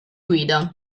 guida